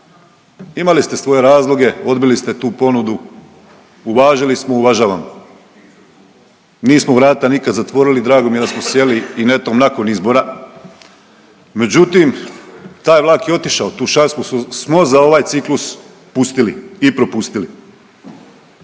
Imali ste svoje razloge, odbili ste tu ponudu, uvažili smo, uvažavamo. Nismo vrata nikad zatvorili, drago mi je da smo sjeli i netom nakon izbora, međutim taj vlak je otišao, tu šansu smo za ovaj ciklus pustili i propustili.